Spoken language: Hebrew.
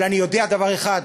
אבל אני יודע דבר אחד,